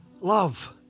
Love